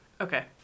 Okay